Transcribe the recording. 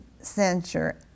censure